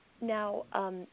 Now